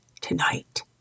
tonight